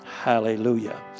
Hallelujah